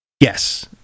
yes